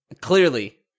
clearly